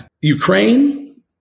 ukraine